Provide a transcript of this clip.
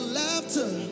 laughter